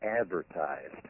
advertised